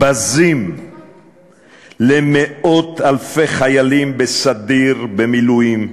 בזים למאות-אלפי חיילים בסדיר, במילואים,